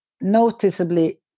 noticeably